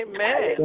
Amen